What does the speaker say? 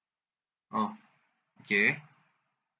orh okay